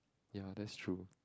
you know that's true